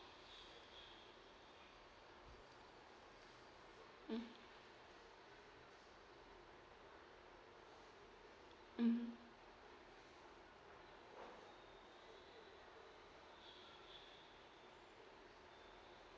mm mm